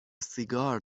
سیگار